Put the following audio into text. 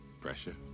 Pressure